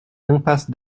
impasse